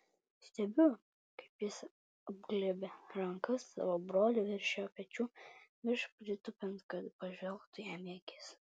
stebiu kaip jis apglėbia ranka savo brolį virš jo pečių prieš pritūpiant kad pažvelgtų jam į akis